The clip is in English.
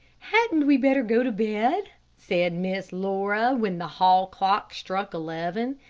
hadn't we better go to bed? said miss laura, when the hall clock struck eleven.